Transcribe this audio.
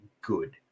good